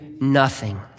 nothing